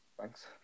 thanks